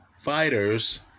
fighters